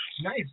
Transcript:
Nice